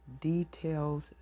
Details